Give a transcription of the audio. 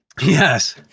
yes